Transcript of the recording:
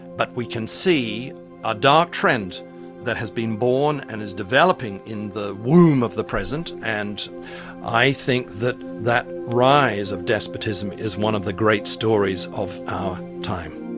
but we can see a dark trend that has been born and is developing in the womb of the present, and i think that that rise of despotism and is one of the great stories of our time.